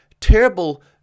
terrible